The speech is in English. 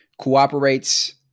cooperates